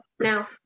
now